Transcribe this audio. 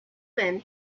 then